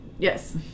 Yes